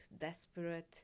desperate